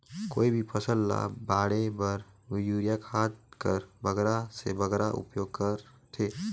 कोई भी फसल ल बाढ़े बर युरिया खाद कर बगरा से बगरा उपयोग कर थें?